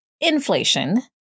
inflation